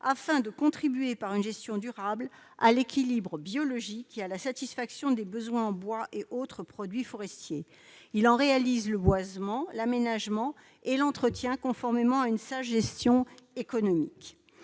afin de contribuer, par une gestion durable, à l'équilibre biologique et à la satisfaction des besoins en bois et autres produits forestiers. « Il en réalise le boisement, l'aménagement et l'entretien conformément à une sage gestion économique.